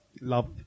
Love